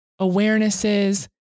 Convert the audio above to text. awarenesses